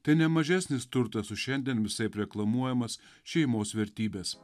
tai ne mažesnis turtas už šiandien visaip reklamuojamas šeimos vertybes